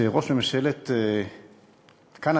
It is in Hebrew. שראש ממשלת קנדה,